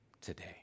today